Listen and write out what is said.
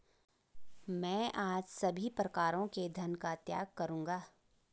मैं आज सभी प्रकारों के धन का त्याग करूंगा